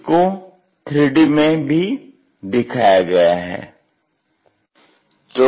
इसको 3D में भी दिखाया गया है